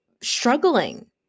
struggling